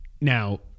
now